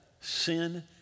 sin